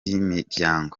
y’imiryango